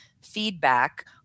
feedback